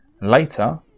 Later